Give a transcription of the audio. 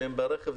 שהן ברכב,